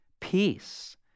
Peace